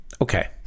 Okay